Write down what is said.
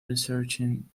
researching